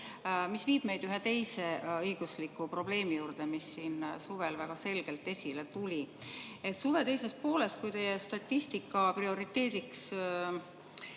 mis viib meid ühe teise õigusliku probleemi juurde, mis siin suvel väga selgelt esile tuli. Suve teises pooles, kui teie statistikat prioriteediks